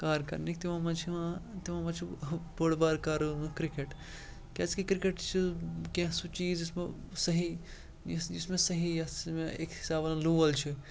کار کَرنٕکۍ تِمو منٛز چھِ یِوان تِمو منٛز چھِ ہُہ بوٚڑ بار کِرٛکٮ۪ٹ کیٛازِکہِ کِرٛکٮ۪ٹ چھِ کینٛہہ سُہ چیٖز یُس یِمو صحیح یُس یُس مےٚ صحیح یَس مےٚ أکہِ حِساب وَنان لول چھِ